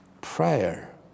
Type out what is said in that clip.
Prayer